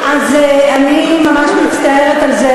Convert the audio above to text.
אז אני ממש מצטערת על זה.